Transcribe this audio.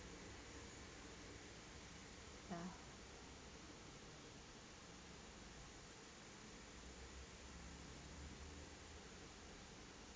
ya